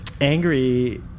angry